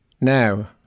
Now